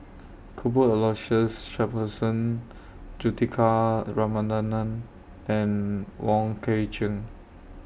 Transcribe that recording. Cuthbert Aloysius Shepherdson Juthika Ramanathan and Wong Kwei Cheong